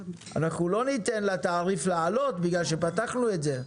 לא ניתן לתעריף לעלות בגלל שפתחנו את זה.